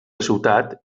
ciutat